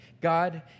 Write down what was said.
God